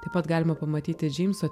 taip pat galima pamatyti džeimso